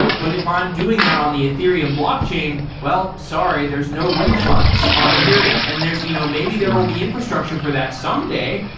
but if i'm doing that on the ethereum blockchain, well, sorry, there's no refunds on ethereum. and you know maybe there will be infrastructure for that someday,